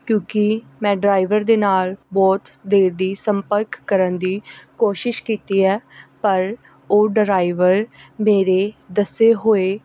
ਕਿਉਂਕਿ ਮੈਂ ਡਰਾਈਵਰ ਦੇ ਨਾਲ ਬਹੁਤ ਦੇਰ ਦੀ ਸੰਪਰਕ ਕਰਨ ਦੀ ਕੋਸ਼ਿਸ਼ ਕੀਤੀ ਹੈ ਪਰ ਉਹ ਡਰਾਈਵਰ ਮੇਰੇ ਦੱਸੇ ਹੋਏ